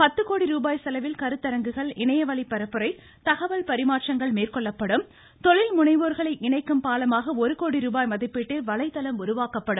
பத்து கோடி ரூபாய் செலவில் கருத்தரங்குகள் இணையவழி பரப்புரை தகவல் பரிமாற்றங்கள் மேற்கொள்ளப்படும் தொழில்முனைவோர்களை இணைக்கும் பாலமாக ஒரு கோடி ரூபாய் மதிப்பீட்டில் வலைதளம் உருவாக்கப்படும்